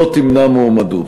לא תמנע מועמדות.